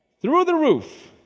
through the roof!